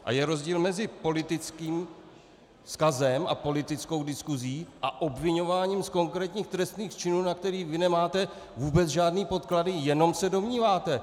A je rozdíl mezi politickým vzkazem a politickou diskusí a obviňováním z konkrétních trestných činů, na které vy nemáte vůbec žádné podklady, jenom se domníváte.